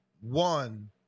one